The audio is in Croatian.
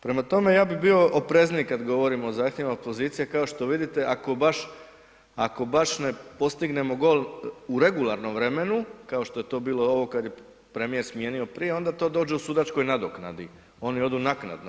Prema tome, ja bi bio oprezniji kada govorimo o zahtjevima opozicije, kao što vidite ako baš ne postignemo gol u regularnom vremenu, kao što je to bilo ovo kada je premijer smijenio prije onda to dođe u sudačkoj nadoknadi, oni odu naknadno.